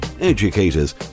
educators